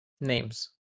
Names